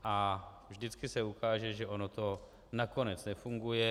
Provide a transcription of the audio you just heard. A vždycky se ukáže, že ono to nakonec nefunguje.